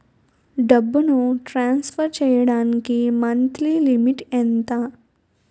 డబ్బును ట్రాన్సఫర్ చేయడానికి monthly limit ఎంత?